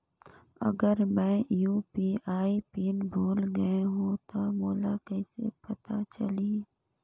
अगर मैं UPI PIN भुल गये हो तो मोला कइसे पता चलही?